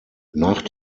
nach